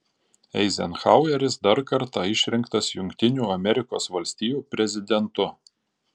eizenhaueris dar kartą išrinktas jungtinių amerikos valstijų prezidentu